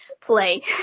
play